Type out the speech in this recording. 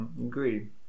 agreed